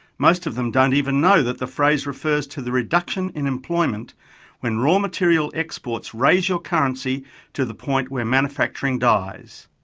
most of them don't even know that the phrase refers to the reduction in employment when raw material exports raise your currency to the point where manufacturing dies.